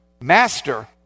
Master